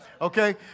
okay